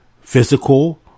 physical